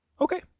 Okay